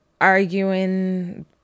arguing